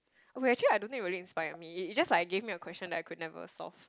oh wait actually I don't think it really inspire me it just like gave me a question that I could never solve